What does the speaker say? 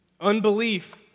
Unbelief